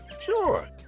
Sure